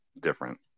different